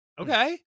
Okay